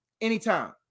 anytime